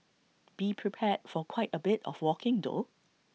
be prepared for quite A bit of walking though